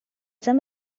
some